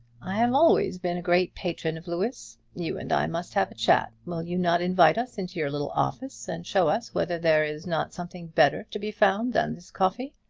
i have always been a great patron of louis. you and i must have a chat. will you not invite us into your little office and show us whether there is not something better to be found than this coffee?